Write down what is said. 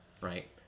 Right